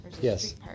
Yes